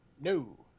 No